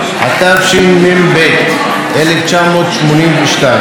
התשמ"ב 1982,